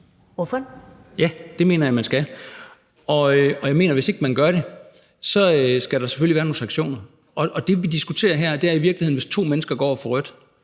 (DF): Ja, det mener jeg at man skal, og jeg mener, at der, hvis ikke man gør det, selvfølgelig skal være nogle sanktioner. Det, vi diskuterer her, er i virkeligheden: Hvis to mennesker går over for rødt,